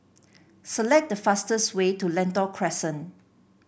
select the fastest way to Lentor Crescent